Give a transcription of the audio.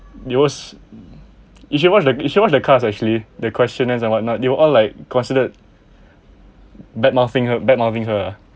yours you should watch you should watch the cast actually the questioners and whatnot they'll all like considered bad mouthing her bad mouthing her ah